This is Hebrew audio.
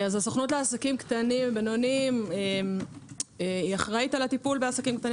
הסוכנות לעסקים קטנים ובינוניים אחראית על הטיפול בעסקים קטנים